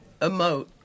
emote